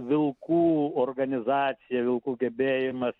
vilkų organizacija vilkų gebėjimas